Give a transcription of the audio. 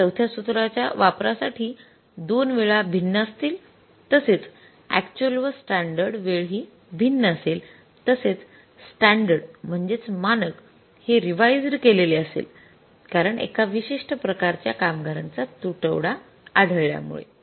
आणि चौथ्या सुत्राच्या वापरा साठी २ वेळा भिन्न असतील तसेच अक्चुअल व स्टॅंडतड वेळ हि भिन्न असेल तसेच स्टॅंडर्ड म्हणजेच मानक हे रिवाइज्ड केलेले असेल कारण एका विशिष्ट प्रकारच्या कामगारांचा तुटवडा आढळल्यामुळे